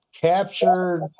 captured